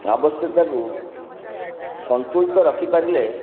ଆବଶ୍ୟକତାକୁ ସନ୍ତୁଳିତ ରଖିପାରିଲେ